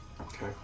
Okay